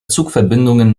zugverbindungen